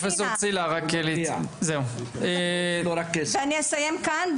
אני אסיים כאן,